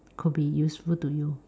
could be useful to you